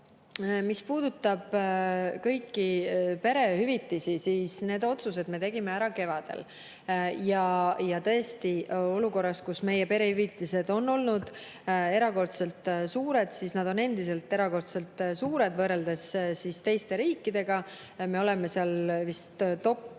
Mis puudutab kõiki perehüvitisi, siis need otsused me tegime ära kevadel. Tõesti, meie perehüvitised on olnud erakordselt suured – need on endiselt erakordselt suured võrreldes teiste riikidega. Me oleme seal vist